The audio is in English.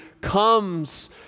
comes